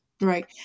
Right